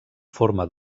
forma